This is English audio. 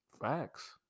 facts